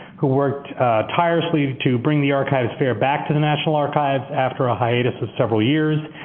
who worked tirelessly to bring the archives fair back to the national archives after a hiatus of several years.